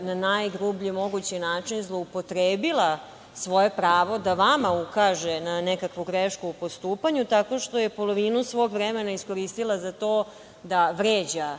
na najgrublji mogući način zloupotrebila svoje pravo da vama ukaže na nekakvu grešku u postupanju, tako što je polovinu svog vremena iskoristila za to da vređa